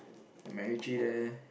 the MacRitchie there